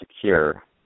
secure